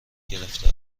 گرفته